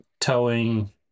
towing